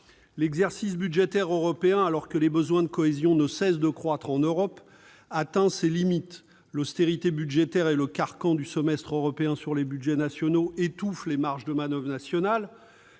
l'exercice budgétaire européen, alors que les besoins de cohésion ne cessent de croître en Europe, atteint ses limites. L'austérité budgétaire et le carcan du semestre européen étouffent les marges de manoeuvre nationales.